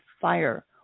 fire